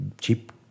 cheap